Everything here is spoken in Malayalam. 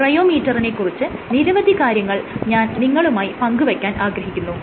റെയോമീറ്ററിനെ കുറിച്ച് നിരവധി കാര്യങ്ങൾ ഞാൻ നിങ്ങളുമായി പങ്കുവയ്ക്കാൻ ആഗ്രഹിക്കുന്നു